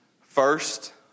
first